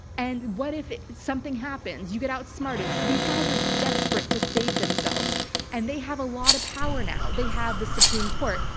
and what if something happens? you get outsmarted. these guys are desperate to save themselves and they have a lot of power now. they have the supreme court,